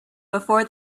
before